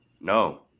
no